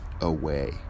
away